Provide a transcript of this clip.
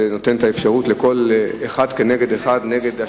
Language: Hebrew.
זה נותן את האפשרות של אחד כנגד אחד,